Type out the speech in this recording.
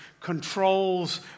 controls